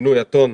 שינוי הטון,